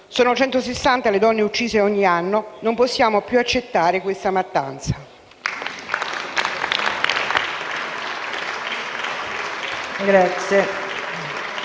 sono 160 le donne uccise ogni anno, non possiamo più accettare questa mattanza.